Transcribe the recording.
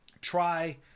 try